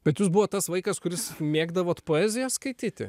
bet jūs buvot tas vaikas kuris mėgdavot poeziją skaityti